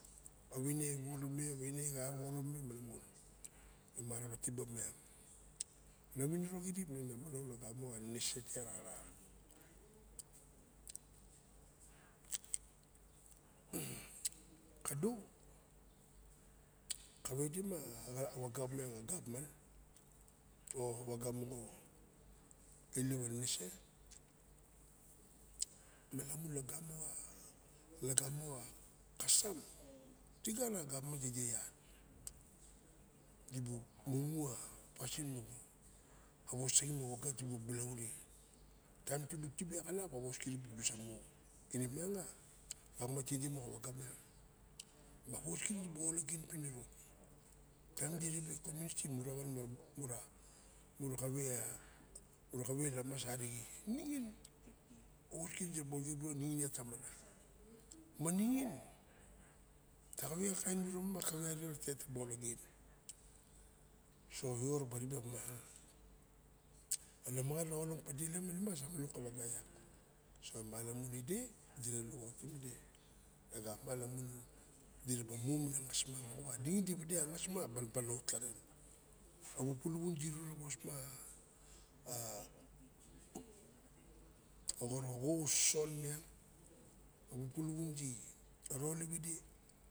Aa waine e woworome a waine a xa worwor me. Malamun emara tibe opiang na winiro cirip ne na manong lagamo xa nenese te a rara kado akve de ma waga opiang a gabman o waga rawa ilep a nenese. malamun lageimo xa kastam digara gabman tide iat dibuk a pasin moxa wos taxin moxa wagu dibuk palaure taim dibuk tibe a xalap awos kirip dubusa mu. tirip miang kawama tirip moxu waga miang. Ma wos kirip dibuk olagen piniro. taim diribe kominity murawan mura xawe lamas arixe ningin. Diraba xawe lamas ningin iat samana. Ma ningin taxawe kain winiro ma ione taba olagen. So io raba ribe opiang ana mangana along padele manima sa manong ka waga iak so malamun ide dira lukautim ide. E xama lamun diraba mu minin ma na ngas ma moxawaningin idwade mana ngas ma banban na otkaren. A bu puluwun dip ut a wosma ma xoro xo sosngot ma abu puluwun diron idi me.